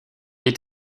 est